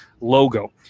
logo